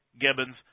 Gibbons